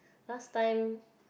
last time